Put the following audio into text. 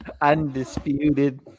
Undisputed